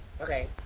Okay